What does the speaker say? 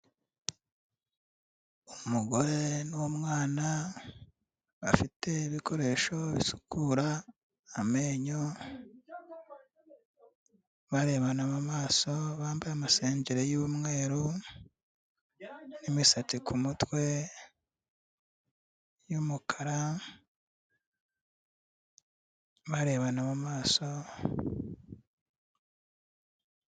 Umugore n'umwana bafite ibikoresho bisukura amenyo, barebana mu maso, bambaye amasengeri y'umweru n'imisatsi ku mutwe y'umukara barebana mu maso.